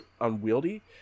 unwieldy